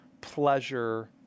pleasure